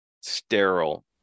sterile